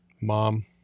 Mom